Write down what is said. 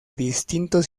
distintos